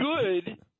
good